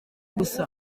gusa